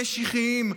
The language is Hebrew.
משיחיים,